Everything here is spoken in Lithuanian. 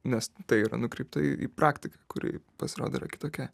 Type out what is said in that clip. nes tai yra nukreipta į praktiką kuri pasirodo yra kitokia